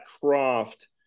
Croft